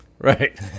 Right